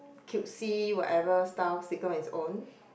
cutesy whatever style sticker on it's own